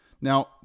Now